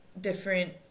different